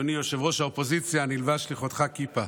אדוני ראש האופוזיציה, אני אלבש לכבודך כיפה,